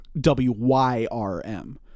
W-Y-R-M